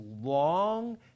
long